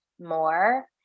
more